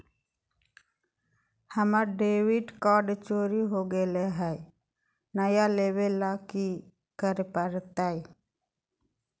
हमर debit card चोरी हो गेले हई, नया लेवे ल की करे पड़तई?